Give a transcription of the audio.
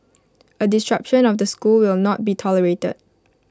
A disruption of the school will not be tolerated